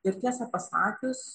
ir tiesą pasakius